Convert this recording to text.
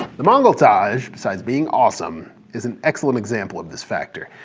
the mongoltage, besides being awesome, is an excellent example of this factor.